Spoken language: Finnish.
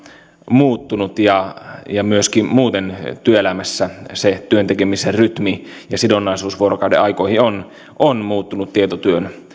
muuttunut ja ja myöskin muuten työelämässä se työn tekemisen rytmi ja sidonnaisuus vuorokaudenaikoihin on on muuttunut tietotyön